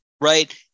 right